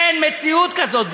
אין מציאות כזאת.